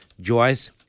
Joyce